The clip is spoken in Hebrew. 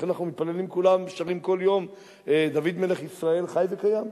לכן אנחנו מתפללים כולם ושרים כל יום "דוד מלך ישראל חי וקיים".